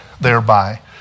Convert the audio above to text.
thereby